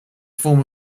form